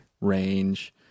range